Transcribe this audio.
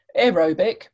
aerobic